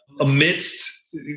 amidst